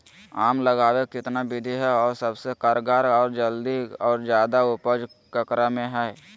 आम लगावे कितना विधि है, और सबसे कारगर और जल्दी और ज्यादा उपज ककरा में है?